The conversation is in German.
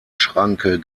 schranke